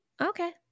Okay